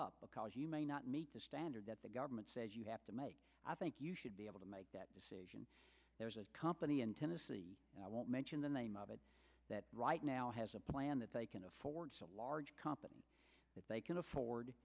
up because you may not meet the standard that the government says you have to make i think you should be able to make that decision there's a company in tennessee i won't mention the name of it right now has a plan that they can afford a large company that they can